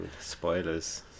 spoilers